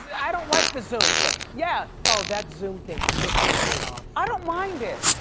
i don't like the zoom thing. yeah. oh, that zoom thing pisses me off. i don't mind it.